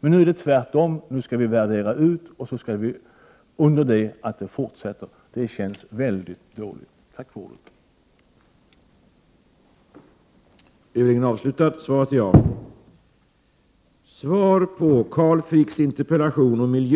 Men nu är det tvärtom: Nu skall vi värdera ut, under det att det hela fortsätter. Det känns väldigt dåligt! Prot. 1988/89:109 Tack för ordet! 8 maj